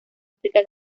áfrica